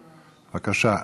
בבקשה.